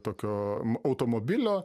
tokio automobilio